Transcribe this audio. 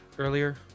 earlier